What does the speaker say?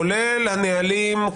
כולל הנהלים,